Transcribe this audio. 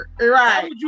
Right